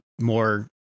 more